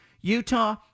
Utah